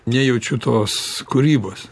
nejaučiu tos kūrybos